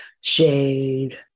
Shade